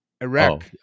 Iraq